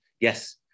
Yes